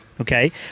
Okay